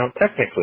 technically